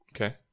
Okay